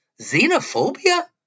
Xenophobia